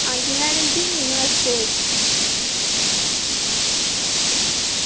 अंजी मैडम जी नमस्ते